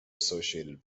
associated